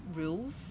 rules